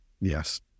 Yes